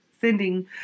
sending